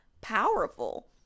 powerful